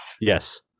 Yes